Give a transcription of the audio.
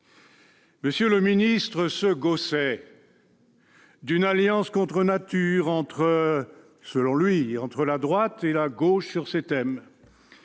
M. le ministre se gaussait d'une alliance contre nature, selon lui, entre la droite et la gauche sur ces thèmes.